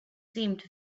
seemed